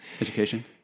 Education